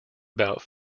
about